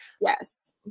Yes